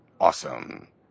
Awesome